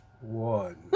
one